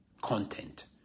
content